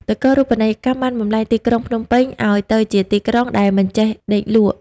នគរូបនីយកម្មបានបម្លែងទីក្រុងភ្នំពេញឱ្យទៅជាទីក្រុងដែល "មិនចេះដេកលក់"។